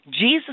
Jesus